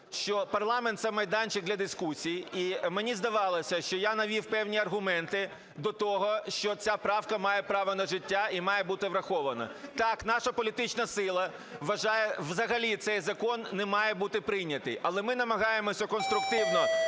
що парламент – це майданчик для дискусії, і мені здавалося, що я навів певні аргументи до того, що ця правка має право на життя і має бути врахована. Так, наша політична сила вважає, взагалі цей закон не має бути прийнятий. Але ми намагаємося конструктивно